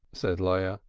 said leah,